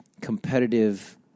competitive